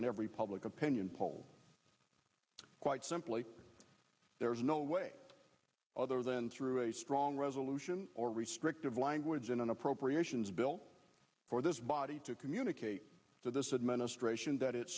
in every public opinion poll quite simply there is no way other than through a strong resolution or restrictive language in an appropriations bill for this body to communicate to this administration that it